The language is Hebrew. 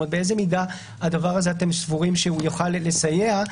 באיזה מידה אתם סבורים שהדבר הזה יוכל לסייע?